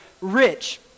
rich